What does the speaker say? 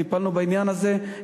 כבר טיפלנו בעניין הזה.